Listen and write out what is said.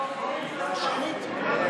מזכירת הכנסת, שמית.